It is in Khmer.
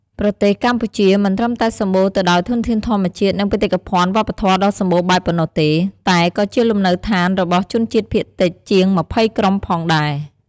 ប្រទេសកម្ពុជាមិនត្រឹមតែសម្បូរទៅដោយធនធានធម្មជាតិ និងបេតិកភណ្ឌវប្បធម៌ដ៏សម្បូរបែបប៉ុណ្ណោះទេ តែក៏ជាលំនៅដ្ឋានរបស់ ជនជាតិភាគតិច ជាង ២០ ក្រុមផងដែរ។